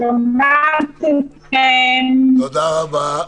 תודה רבה.